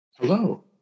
Hello